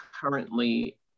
currently